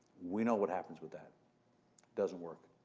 we know what happens with that doesn't work.